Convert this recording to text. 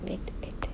better better